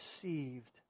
deceived